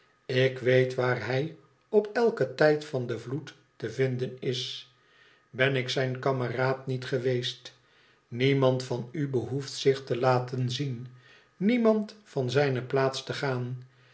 ik weet waar hij op eiken tijd van den vloed te vinden is ben ik zijn kameraad niet ge weest niemand vann behoeft zich te laten zien niemand van zijne plaats te gaan